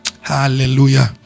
Hallelujah